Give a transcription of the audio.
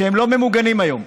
שהם לא ממוגנים היום.